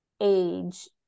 age